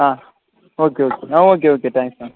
ah okay okay okay thanks ma'am